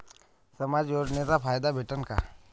समाज योजनेचा फायदा भेटन का?